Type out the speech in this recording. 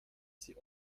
sie